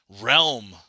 realm